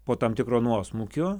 po tam tikro nuosmukio